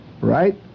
Right